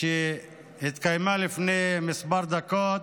שהתקיימה לפני כמה דקות